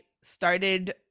started